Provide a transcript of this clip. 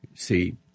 See